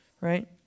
right